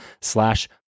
slash